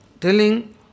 telling